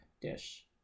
dish